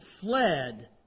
fled